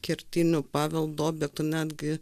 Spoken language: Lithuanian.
kertinių paveldo objektų netgi